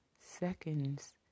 seconds